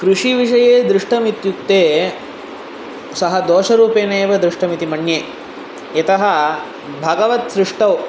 कृषिविषये दृष्टमित्युक्ते सः दोषरूपेणेव दृष्टमिति मन्ये यतः भगवत् सृष्टौ